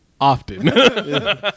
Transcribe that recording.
Often